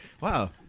Wow